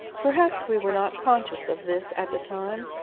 perhaps we were not conscious of this at the time,